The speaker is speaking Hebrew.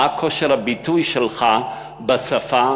מה כושר הביטוי שלך בשפה,